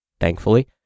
Thankfully